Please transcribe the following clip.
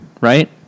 Right